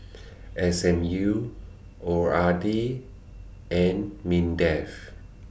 S M U O R D and Mindef